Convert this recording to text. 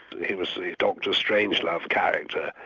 he was the dr strangelove character.